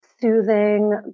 soothing